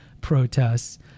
protests